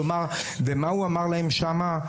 כלומר, ומה הוא אמר להם שם?